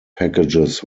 packages